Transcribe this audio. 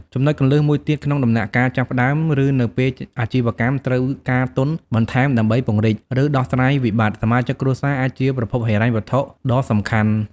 ចំណុចគន្លឹះមួយទៀត ក្នុងដំណាក់កាលចាប់ផ្តើម ឬនៅពេលអាជីវកម្មត្រូវការទុនបន្ថែមដើម្បីពង្រីក ឬដោះស្រាយវិបត្តិ សមាជិកគ្រួសារអាចជាប្រភពហិរញ្ញវត្ថុដ៏សំខាន់។